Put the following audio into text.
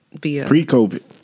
Pre-COVID